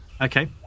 Okay